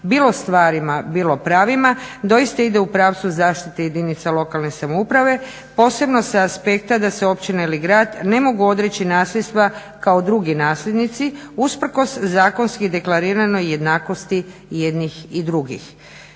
bilo stvarima bilo pravima doista ide u pravcu zaštite jedinica lokalne samouprave posebno sa aspekta da se općina ili grad ne mogu odreći nasljedstva kao drugi nasljednici usprkos zakonski deklariranoj jednakosti jednih i drugih.